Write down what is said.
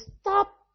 stop